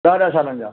ॾह ॾह सालनि जा